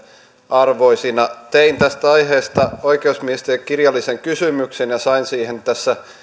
arvoisina tein tästä aiheesta oikeusministerille kirjallisen kysymyksen ja sain siihen tässä